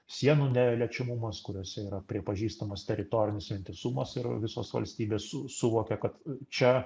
sienų neliečiamumas kuriose yra pripažįstamas teritorinis vientisumas ir visos valstybės suvokia kad čia